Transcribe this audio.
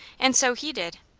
and so he did.